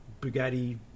Bugatti